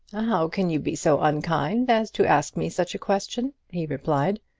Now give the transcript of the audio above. how can you be so unkind as to ask me such a question? he replied.